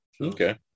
Okay